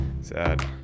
sad